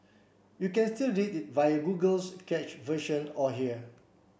you can still read it via Google's cache version or here